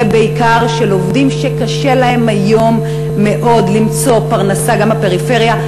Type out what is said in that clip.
ובעיקר של עובדים שקשה להם היום מאוד למצוא פרנסה גם בפריפריה,